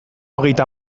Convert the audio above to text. hogeita